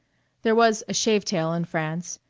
there was a shave-tail in france,